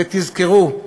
ותזכרו,